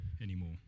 anymore